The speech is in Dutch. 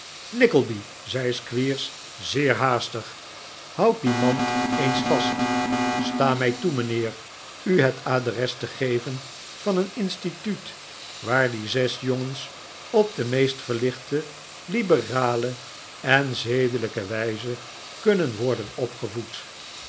nickleby zei squeers zeer haastig houd die mand eens vast sta mij toe mynheer u het adres te geven van een instituut waar die zes jongens op de meest verlichte liberale en zedelijke wijze kunnen worden opgevoed